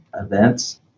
events